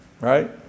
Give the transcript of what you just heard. right